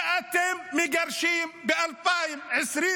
ואתם מגרשים ב-2024.